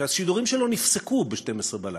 שהשידורים שלו נפסקו ב-24:00.